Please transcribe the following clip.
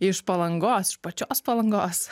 iš palangos iš pačios palangos